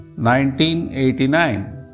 1989